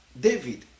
David